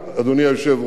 אדוני היושב-ראש,